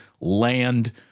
land